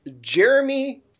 Jeremy